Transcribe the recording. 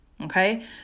okay